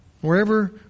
Wherever